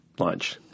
Lunch